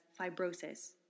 fibrosis